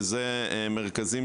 שאלה מרכזים